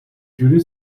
جوری